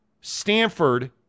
Stanford